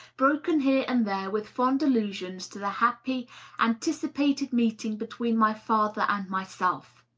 broken here and there with fond allusions to the happy antici pated meeting between my father and myself.